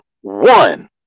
one